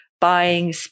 buying